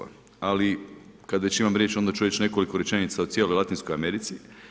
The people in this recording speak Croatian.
Ali kad već imam riječ onda ću reći nekoliko rečenica o cijeloj Latinskoj Americi.